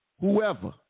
whoever